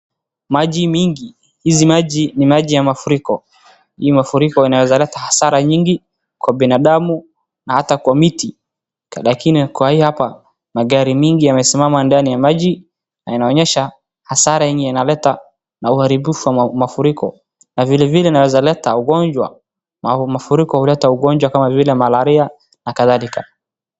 Maji mingi. Hiya maji ni maji ya mafuriko. Hii mafuriko inaweza leta hasara nyingi kwa binadamu na hata kwa miti lakini kwa hii hapa, magari mengi yamesimama ndani ya maji na inaonyesha hasara yenye inaleta na uharibifu wa mafuriko, na vilevile inaweza leta ugonjwa, mafuriko ulete ugonjwa kama vile malaria na kadhalika.